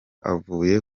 avuye